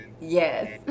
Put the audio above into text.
Yes